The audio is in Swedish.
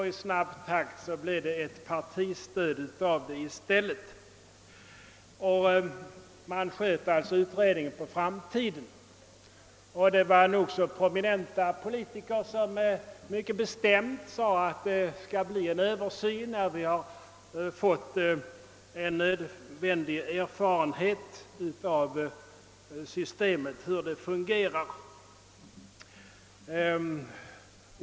I snabb takt gjorde man därför om detta till ett partistöd, och man sköt utredningen på framtiden. Nog så prominenta politiker sade mycket bestämt att det skulle bli en översyn när vi fått nödvändig erfarenhet av hur systemet fungerade.